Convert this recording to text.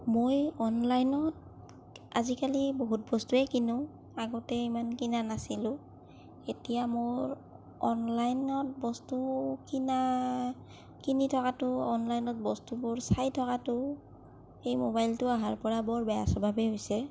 মই অনলাইনত আজিকালি বহুত বস্তুৱেই কিনো আগতে ইমান কিনা নাছিলো এতিয়া মোৰ অনলাইনত বস্তু কিনা কিনি থকাটো অনলাইনত বস্তুবোৰ চাই থকাটো এই মবাইলটো অহাৰ পৰা বৰ বেয়া স্বভাৱেই হৈছে